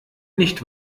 nicht